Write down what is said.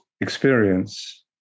experience